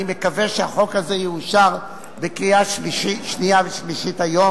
אני מקווה שהחוק הזה יאושר בקריאה שנייה ושלישית היום.